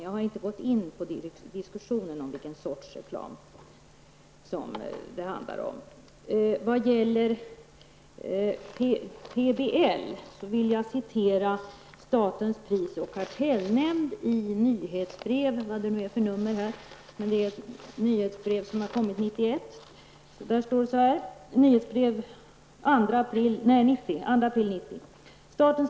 Jag har inte gått in på diskussionen om vilken sorts reklam det skall handla om. När det gäller PBL vill jag citera statens pris och konkurrensverk i verkets nyhetsbrev den 2 april 1990.